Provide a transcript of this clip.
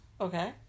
Okay